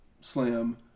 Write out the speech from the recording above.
slam